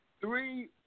three